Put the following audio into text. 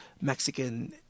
Mexican